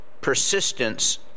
persistence